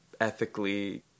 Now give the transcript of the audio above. ethically